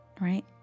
right